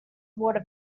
water